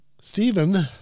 Stephen